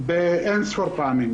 אין-ספור פעמים.